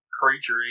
creature